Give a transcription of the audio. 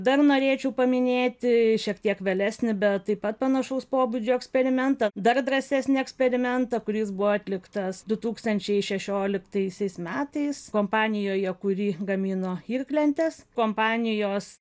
dar norėčiau paminėti šiek tiek vėlesnį bet taip pat panašaus pobūdžio eksperimentą dar drąsesnį eksperimentą kuris buvo atliktas du tūkstančiai šešioliktaisiais metais kompanijoje kuri gamino irklentes kompanijos